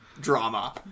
drama